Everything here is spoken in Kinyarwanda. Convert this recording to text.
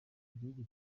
igihugu